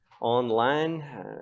online